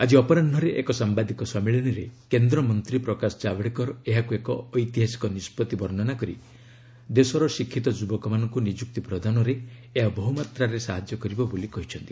ଆଜି ଅପରାହୁରେ ଏକ ସାମ୍ବାଦିକ ସମ୍ମିଳନୀରେ କେନ୍ଦ୍ର ମନ୍ତ୍ରୀ ପ୍ରକାଶ ଜାଭଡେକର ଏହାକୁ ଏକ ଐତିହାସିକ ନିଷ୍ପଭି ବର୍ଷ୍ଣନା କରି ଦେଶର ଶିକ୍ଷିତ ଯୁବକମାନଙ୍କୁ ନିଯୁକ୍ତି ପ୍ରଦାନରେ ଏହା ବହୁ ମାତ୍ରାରେ ସାହାଯ୍ୟ କରିବ ବୋଲି କହିଛନ୍ତି